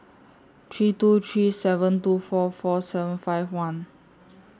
three two three seven two four four seven five one